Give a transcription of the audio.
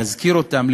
להזכיר אותם,